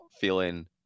feeling